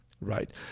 right